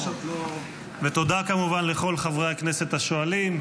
תודה כמובן לכל חברי הכנסת השואלים.